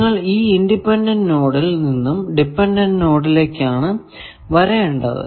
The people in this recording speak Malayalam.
നിങ്ങൾ ഈ ഇൻഡിപെൻഡന്റ് നോഡിൽ നിന്നും ഡിപെൻഡന്റ് നോഡിലേക്കാണ് വരേണ്ടത്